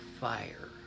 fire